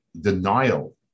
denial